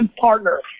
partner